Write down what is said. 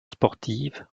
sportive